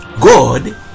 God